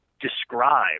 describe